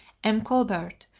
m. colbert,